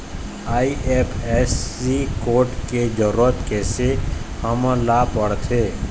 IFSC code के जरूरत कैसे हमन ला पड़थे?